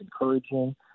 encouraging